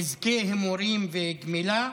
נזקי הימורים וגמילה,